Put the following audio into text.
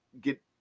get